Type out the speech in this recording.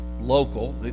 local